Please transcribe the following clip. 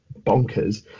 bonkers